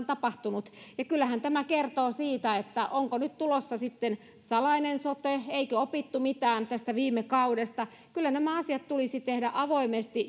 tapahtunut kyllähän tämä herättää kysymyksen siitä että onko nyt tulossa sitten salainen sote eikö opittu mitään tästä viime kaudesta kyllä nämä asiat tulisi tehdä avoimesti